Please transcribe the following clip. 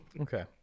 Okay